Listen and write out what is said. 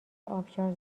آبشار